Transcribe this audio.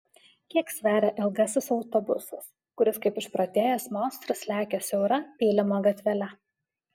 kiek sveria ilgasis autobusas kuris kaip išprotėjęs monstras lekia siaura pylimo gatvele